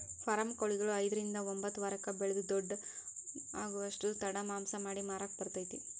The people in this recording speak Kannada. ಫಾರಂ ಕೊಳಿಗಳು ಐದ್ರಿಂದ ಒಂಬತ್ತ ವಾರಕ್ಕ ಬೆಳಿದ ದೊಡ್ಡು ಆಗುದಷ್ಟ ತಡ ಮಾಂಸ ಮಾಡಿ ಮಾರಾಕ ಬರತೇತಿ